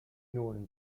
known